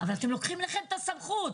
אבל אתם לוקחים לכם את הסמכות.